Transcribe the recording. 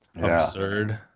absurd